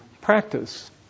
practice